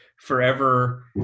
forever